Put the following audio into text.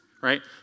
right